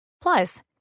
Plus